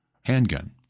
handgun